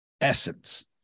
essence